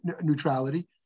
neutrality